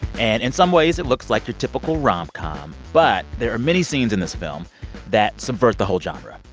and in some ways, it looks like your typical rom-com. but there are many scenes in this film that subvert the whole genre.